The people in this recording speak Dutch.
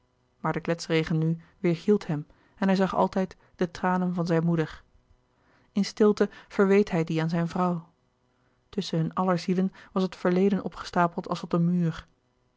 maar de kletsregen nu weêrhield hem en hij zag altijd de tranen van zijne moeder in stilte verweet hij die aan zijn vrouw tusschen hun aller zielen was het verleden opgestapeld als tot een muur